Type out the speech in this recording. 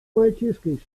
мальчишкой